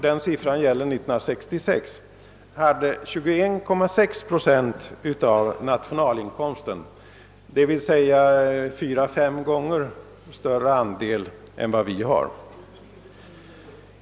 I Sovjet var de år 1966 21,6 procent av nationalinkomsten, d.v.s. fyra, fem gånger mer än vad vi har.